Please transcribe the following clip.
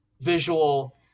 visual